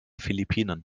philippinen